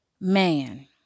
man